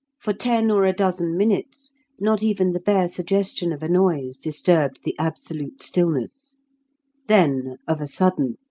for ten or a dozen minutes not even the bare suggestion of a noise disturbed the absolute stillness then of a sudden,